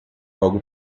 algo